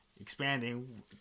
expanding